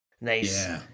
Nice